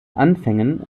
anfängen